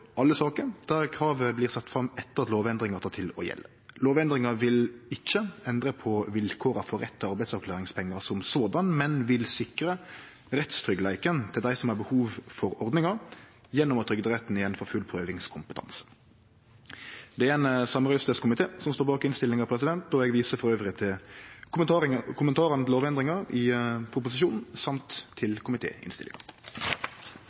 alle saker der kravet blir sett fram etter at lovendringa tek til å gjelde. Lovendringa vil såleis ikkje endre på vilkåra for rett til arbeidsavklaringspengar, men vil sikre rettstryggleiken til dei som har behov for ordninga, gjennom at trygderetten igjen får full prøvingskompetanse. Det er ein samrøystes komité som står bak innstillinga, og eg viser elles til kommentarane til lovendringa i proposisjonen og til